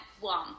one